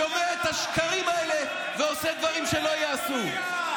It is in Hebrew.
שומע את השקרים האלה ועושה דברים שלא ייעשו.